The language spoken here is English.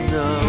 no